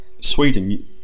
Sweden